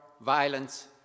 violence